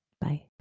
Bye